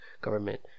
government